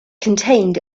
contained